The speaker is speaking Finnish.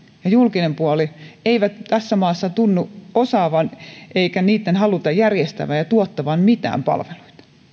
ja julkinen puoli eivät tässä maassa tunnu osaavan eikä niitten haluta järjestävän ja tuottavan mitään palveluita